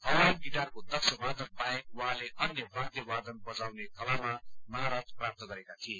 Hawaiian गिटारको दक्ष संगीतकार बाहेक उहाँले अन्य वाद्य वादन बजाउने कलामा महारथ प्राप्त गरेका थिए